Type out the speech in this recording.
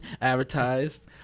advertised